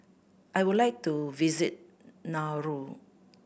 I would like to visit Nauru